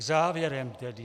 Závěrem tedy.